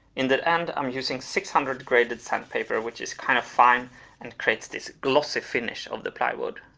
in the end i'm using six hundred graded sandpaper which is kind of fine and creates this glossy finish of the plywood.